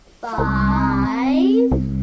five